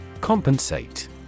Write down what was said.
Compensate